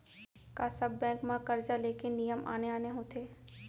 का सब बैंक म करजा ले के नियम आने आने होथे?